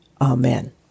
Amen